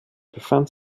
befand